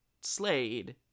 Slade